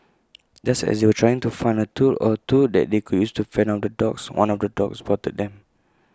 just as they were trying to find A tool or two that they could use to fend off the dogs one of the dogs spotted them